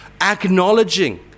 acknowledging